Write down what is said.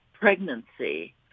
pregnancy